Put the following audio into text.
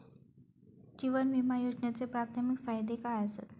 जीवन विमा योजनेचे प्राथमिक फायदे काय आसत?